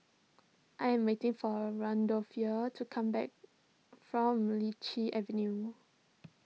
I am waiting for Randolph to come back from Lichi Avenue